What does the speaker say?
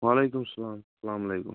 وَعلیکم السَلام اَلسَلام علیکم